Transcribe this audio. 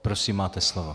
Prosím, máte slovo.